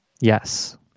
Yes